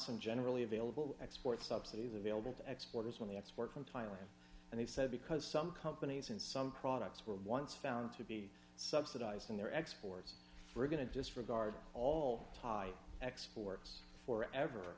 some generally available export subsidies available to exporters when they export from thailand and he said because some companies in some products were once found to be subsidizing their exports we're going to disregard all thai exports for ever